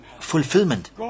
fulfillment